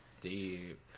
deep